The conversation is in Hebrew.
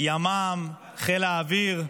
ימ"מ וחיל האוויר,